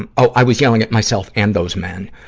and oh. i was yelling at myself and those men,